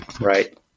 Right